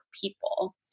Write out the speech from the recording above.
people